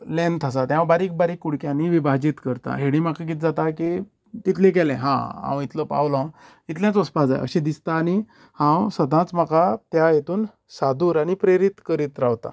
length आसा ते हांव बारीक बारीक कुडक्यानी विभाजीत करता हाणी म्हाका कितें जाता की तितले केले हा हांव इतलो पावलों इतलेच वचपा जाय अशे दिसता आनी हांव सदांच म्हाका त्या हेतून सादूर आनी प्रेरीत करीत रावता